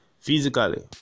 physically